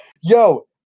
Yo